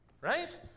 Right